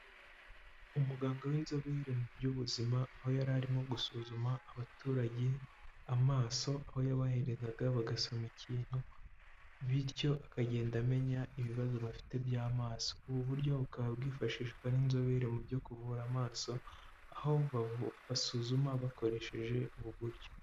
Umuganga w'inzobere mu by'ubuzima aho yari arimo gusuzuma abaturage amaso, aho yabaherezaga bagasoma ikintu, bityo akagenda amenya ibibazo bafite by'amaso, ubu buryo bukaba bwifashishwa n'inzobere mu byo kuvura amaso, aho basuzuma bakoresheje ubu buryo.